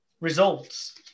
results